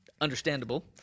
understandable